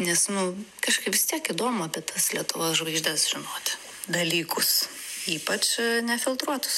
nes nu kažkaip vis tiek įdomu apie tas lietuvos žvaigždes žinoti dalykus ypač nefiltruotus